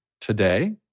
today